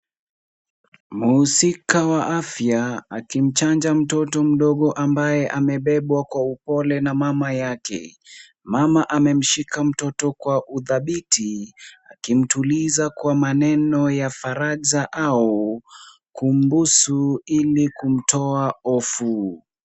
Mhusika wa afya akimchanja mtoto mdogo ambaye amebebwa kwa upole na mama yake. Mama amemshika mtoto kwa udhabiti akimtuliza kwa maneno ya faraja au kumbusu ili kumtoa hofu.